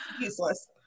useless